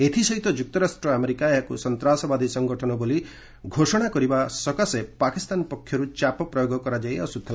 ଏଥି ସହିତ ଯୁକ୍ତରାଷ୍ଟ୍ର ଆମେରିକା ଏହାକୁ ସନ୍ତ୍ରାସବାଦୀ ସଂଗଠନ ବୋଲି ଘୋଷଣା କରିବା ସକାଶେ ପାକିସ୍ତାନ ପକ୍ଷରୁ ଚାପ ପ୍ରୟୋଗ କରାଯାଇ ଆସୁଥିଲା